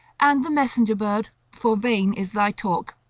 and the messenger-bird, for vain is thy talk.